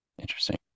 Interesting